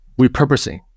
repurposing